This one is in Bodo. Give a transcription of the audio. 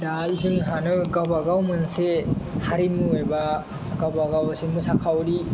दा जोंहानो गावबा गाव मोनसे हारिमु एबा गावबागाव एसे मोसाखावरि